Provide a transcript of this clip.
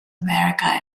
america